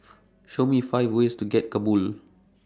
Show Me five ways to get to Kabul